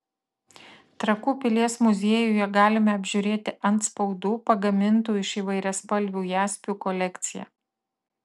trakų pilies muziejuje galime apžiūrėti antspaudų pagamintų iš įvairiaspalvių jaspių kolekciją